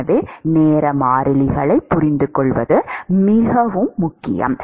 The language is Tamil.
எனவே நேர மாறிலிகளைப் புரிந்துகொள்வது மிகவும் முக்கியம்